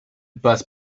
passe